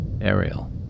Ariel